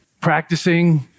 practicing